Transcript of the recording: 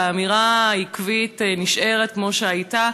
והאמירה העקבית נשארת כמו שהייתה,